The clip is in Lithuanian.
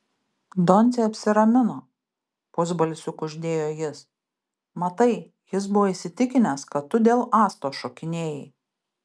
doncė apsiramino pusbalsiu kuždėjo jis matai jis buvo įsitikinęs kad tu dėl astos šokinėjai